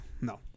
No